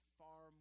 far